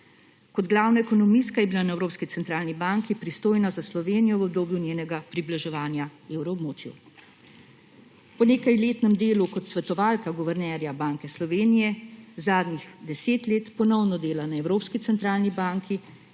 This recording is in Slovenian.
Kot glavna ekonomistka je bila na Evropski centralni banki pristojna za Slovenijo v obdobju njenega približevanja evroobmočju. Po nekajletnem delu kot svetovalka guvernerja Banke Slovenije zadnjih deset let ponovno dela na Evropski centralni banki,